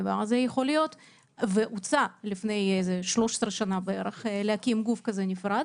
הדבר הזה והוצע לפני 13 שנה בערך להקים גוף כזה נפרד